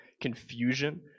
confusion